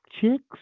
chicks